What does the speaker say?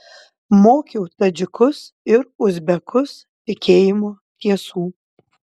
mokiau tadžikus ir uzbekus tikėjimo tiesų